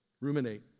Ruminate